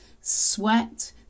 sweat